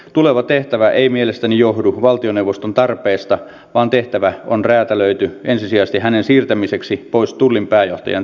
tuleva tehtävä ei mielestäni johdu valtioneuvoston tarpeesta vaan tehtävä on räätälöity ensisijaisesti hänen siirtämiseksi pois tullin pääjohtajan tehtävästä